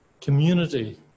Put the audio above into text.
community